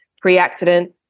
pre-accident